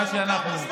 לכן, מה שאנחנו,